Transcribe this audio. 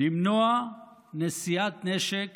למנוע נשיאת נשק